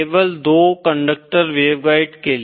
केवल दो conductor waveguide के लिए